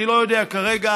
אני לא יודע כרגע,